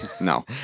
No